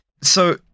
So-